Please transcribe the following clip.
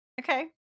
Okay